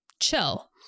chill